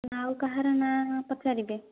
ନା ଆଉ କାହାର ନାଁ ପଚାରିବେ